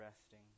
resting